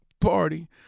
party